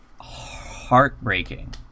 heartbreaking